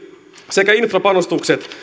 sekä infrapanostukset